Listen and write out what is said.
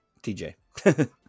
TJ